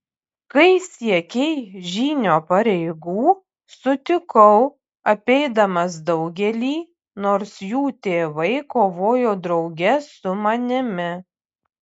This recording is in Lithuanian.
kai siekei žynio pareigų sutikau apeidamas daugelį nors jų tėvai kovojo drauge su manimi